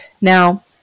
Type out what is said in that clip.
Now